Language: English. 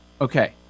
okay